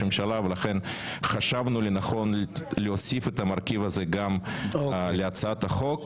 ממשלה ולכן חשבנו לנכון להוסיף את המרכיב הזה גם להצעת החוק